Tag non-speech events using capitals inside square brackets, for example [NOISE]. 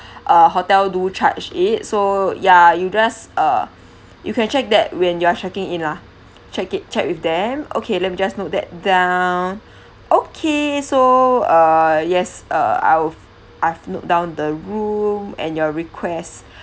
[BREATH] uh hotel do charge it so ya you just uh you can check that when you are checking in lah check it check with them okay let me just note that down okay so err yes uh I've I've note down the room and your request